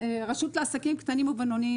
הרשות לעסקים קטנים ובינוניים,